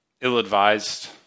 ill-advised